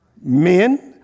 Men